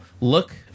look